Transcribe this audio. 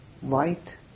white